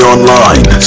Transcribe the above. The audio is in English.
Online